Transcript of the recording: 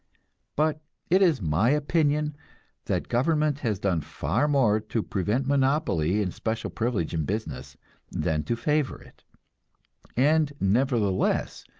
but it is my opinion that government has done far more to prevent monopoly and special privilege in business than to favor it and nevertheless,